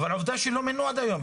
אבל עובדה שלא מינו עד היום,